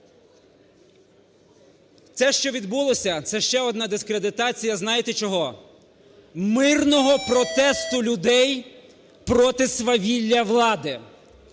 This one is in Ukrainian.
Це, що відбулося, – це ще одна дискредитація, знаєте чого? Мирного протесту людей проти свавілля влади.